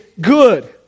good